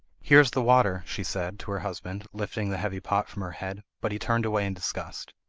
here is the water she said to her husband, lifting the heavy pot from her head but he turned away in disgust.